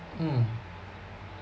mm